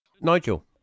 Nigel